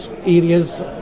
areas